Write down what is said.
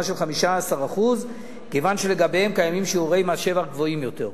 של 15% כיוון שלגביהם קיימים שיעורי מס שבח גבוהים יותר.